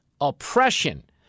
oppression